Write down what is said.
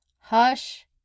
HUSH